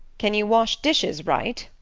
can you wash dishes right?